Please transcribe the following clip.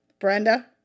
Brenda